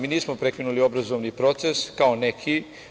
Mi nismo prekinuli obrazovni proces kao neki.